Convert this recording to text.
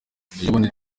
ejobundi